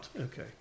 okay